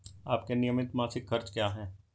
आपके नियमित मासिक खर्च क्या हैं?